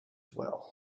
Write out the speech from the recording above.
well